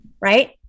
right